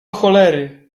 cholery